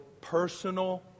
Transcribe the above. personal